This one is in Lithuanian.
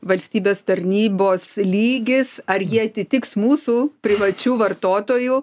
valstybės tarnybos lygis ar jie atitiks mūsų privačių vartotojų